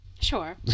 Sure